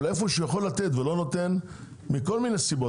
אבל איפה שהוא יכול לתת ולא נותן מכל מיני סיבות,